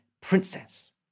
princess